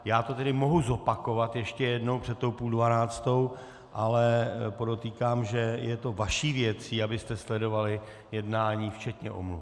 Já to tedy mohu zopakovat ještě jednou před tou půl dvanáctou, ale podotýkám, že je to vaší věcí, abyste sledovali jednání včetně omluv.